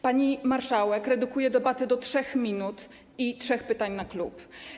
Pani marszałek redukuje debaty do 3 minut i trzech pytań na klub.